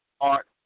art